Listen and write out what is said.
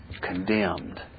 Condemned